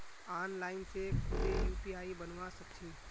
online से खुदे UPI बनवा सक छी